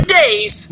days